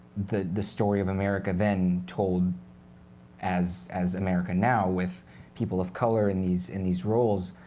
the the story of america then told as as american now, with people of color in these in these roles,